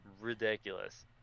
ridiculous